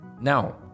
Now